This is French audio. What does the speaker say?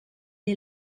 est